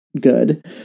good